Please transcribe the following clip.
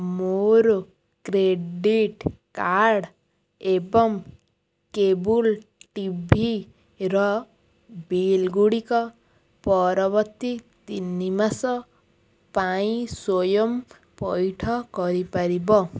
ମୋର credit card ଏବଂ cable ଟିଭିର ବିଲ୍ ଗୁଡ଼ିକ ପରବର୍ତ୍ତୀ ତିନି ମାସ ପାଇଁ ସ୍ଵୟଂ ପଇଠ କରିପାରିବ